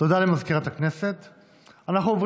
הצעת חוק המוסד העליון ללשון העברית (תיקון, מעמד